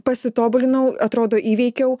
pasitobulinau atrodo įveikiau